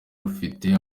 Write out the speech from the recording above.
rufite